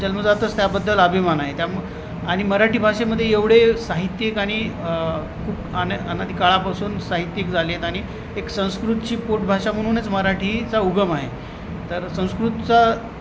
जन्मजातच त्याबद्दल अभिमान आहे त्यामु आणि मराठी भाषेमध्ये एवढे साहित्यिक आणि खूप अना अनादी काळापासून साहित्यिक झाले आहेत आणि एक संस्कृतची पोटभाषा म्हणूनच मराठीचा उगम आहे तर संस्कृतचा